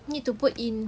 need to put in